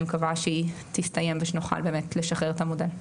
מקווה שהיא תסתיים ושנוכל לשחרר את המודל.